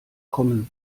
common